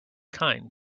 kind